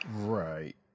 Right